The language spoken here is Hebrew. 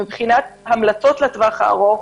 מבחינת המלצות לטווח הארוך,